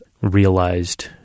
realized